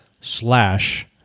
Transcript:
slash